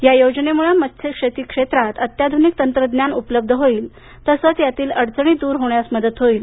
या योजनेमुळे मत्स्यशेती क्षेत्रात अत्याधुनिक तंत्रज्ञान उपलब्ध होईल तसेच यातील अडचणी दूर होण्यास मदत होईल